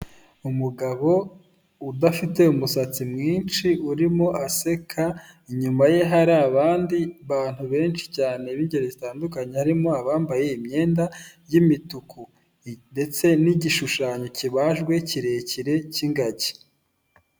Umugabo udafite umusatsi mwinshi urimo aseka inyuma ye hari abandi bantu benshi cyane b'ingeri zitandukanye, harimo abambaye imyenda y'imituku ndetse n'igishushanyo kibajwe kirekire cy'ingagi.